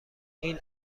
این